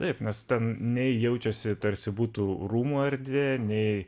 taip nes ten nei jaučiasi tarsi būtų rūmų erdvė nei